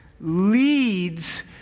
leads